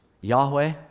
Yahweh